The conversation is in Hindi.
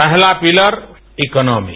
पहला पिलर इकनॉमी